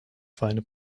feine